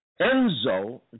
Enzo